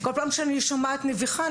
כל פעם שאני שומעת נביחה,